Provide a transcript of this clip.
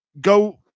go